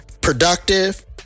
productive